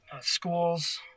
schools